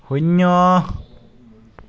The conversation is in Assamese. শূন্য